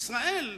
ישראל גברא,